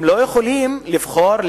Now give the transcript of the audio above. הם לא יכולים לבחור,